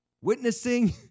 witnessing